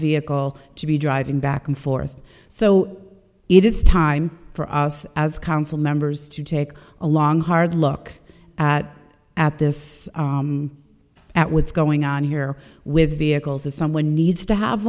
vehicle to be driving back and forth so it is time for us as council members to take a long hard look at at this at what's going on here with vehicles that someone needs to have